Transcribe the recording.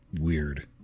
weird